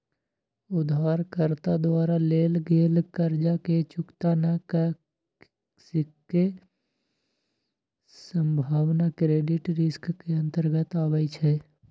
उधारकर्ता द्वारा लेल गेल कर्जा के चुक्ता न क सक्के के संभावना क्रेडिट रिस्क के अंतर्गत आबइ छै